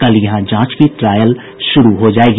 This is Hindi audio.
कल यहां जांच की ट्रायल शुरू हो जायेगी